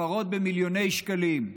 הפרות במיליוני שקלים,